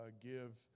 give